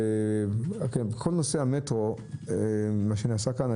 בכל נושא המטרו מה שנעשה כאן,